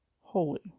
holy